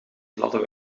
gladde